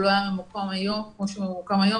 הוא לא היה ממוקם כמו שהוא ממוקם היום,